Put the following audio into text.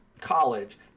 college